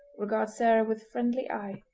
regard sarah with friendly eye.